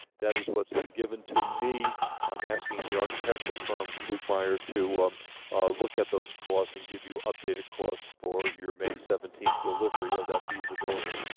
that is what's been given to me i'm asking the architectural firm luke meyer to look at those costs and give you updated costs for your may seventeenth delivery of that feasibility,